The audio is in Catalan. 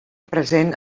present